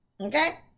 Okay